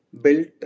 built